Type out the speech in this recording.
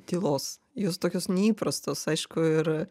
tylos jos tokios neįprastos aišku ir